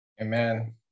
Amen